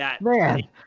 Man